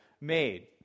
made